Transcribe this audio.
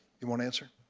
you won't answer?